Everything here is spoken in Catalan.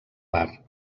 bar